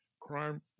crime